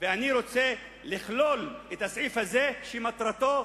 ואני רוצה לכלול את הסעיף הזה, שמטרתו,